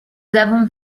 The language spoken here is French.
avons